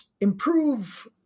improve